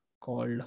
called